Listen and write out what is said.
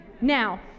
Now